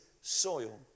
soil